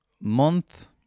month